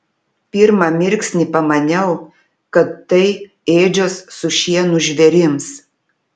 pirmą mirksnį pamaniau kad tai ėdžios su šienu žvėrims